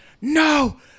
no